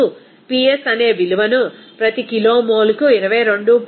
మీరు Ps అనే విలువను ప్రతి కిలోమోల్కు 22